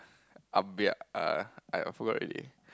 err I forgot already